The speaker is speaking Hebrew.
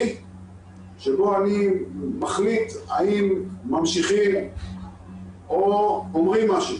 שבו אני מחליט האם ממשיכים או אומרים משהו